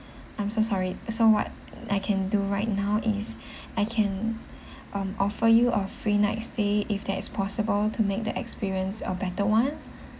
I'm so sorry so what I can do right now is I can um offer you a free nights stay if that is possible to make the experience a better one